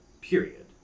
period